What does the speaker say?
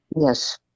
Yes